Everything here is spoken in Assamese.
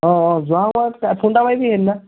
অঁ অঁ যোৱা সময়ত ফোন এটা মাৰিবি সেইদিনা